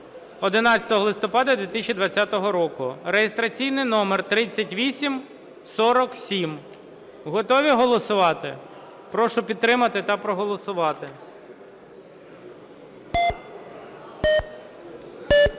(11 листопада 2020 року) (реєстраційний номер 3847). Готові голосувати? Прошу підтримати та проголосувати. 13:41:01